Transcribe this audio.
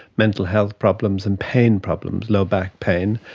mental health problems and pain problems, lower back pain,